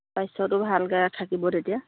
স্বাস্থ্যটো ভালকৈ থাকিব তেতিয়া